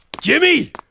Jimmy